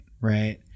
right